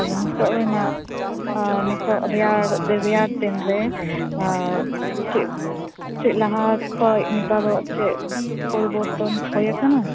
ᱟᱫᱚ ᱱᱤᱛᱚᱜ ᱨᱮᱱᱟᱜ ᱱᱤᱛᱚᱜ ᱨᱮᱭᱟᱲ ᱨᱮᱭᱟᱲ ᱫᱤᱱ ᱨᱮ ᱟᱸ ᱪᱮᱫᱽ ᱪᱮᱫᱽ ᱞᱟᱦᱟ ᱠᱷᱚᱡ ᱱᱮᱛᱟᱨ ᱪᱮᱫᱽ ᱯᱚᱨᱤᱵᱚᱨᱛᱚᱱ ᱦᱩᱭᱟᱠᱟᱱᱟ